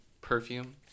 perfume